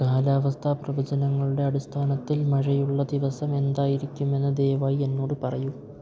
കാലാവസ്ഥാ പ്രവചനങ്ങളുടെ അടിസ്ഥാനത്തിൽ മഴയുള്ള ദിവസം എന്തായിരിക്കുമെന്ന് ദയവായി എന്നോട് പറയൂ